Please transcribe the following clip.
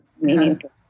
meaningful